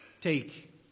Take